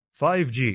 5G